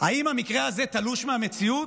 האם המקרה הזה תלוש מהמציאות?